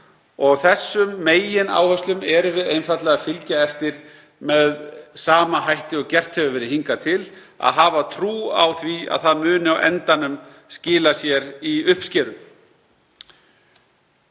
Þessum megináherslum erum við einfaldlega að fylgja eftir með sama hætti og gert hefur verið hingað til, að hafa trú á því að það muni á endanum skila sér í uppskeru.